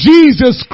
Jesus